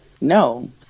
No